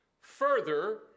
further